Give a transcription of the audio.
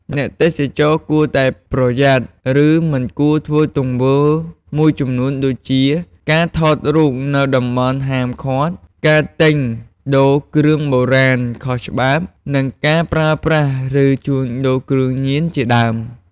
អ្នកទេសចរគួរតែប្រយ័ត្ន ឬមិនគួរធ្វើទង្វើមួយចំនួនដូជា ការថតរូបនៅតំបន់ហាមឃាត់ ការទិញដូរគ្រឿងបុរាណខុសច្បាប់ និងការប្រើប្រាស់ ឬជួញដូរគ្រឿងញៀនជាដើម។